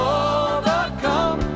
overcome